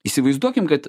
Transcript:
įsivaizduokim kad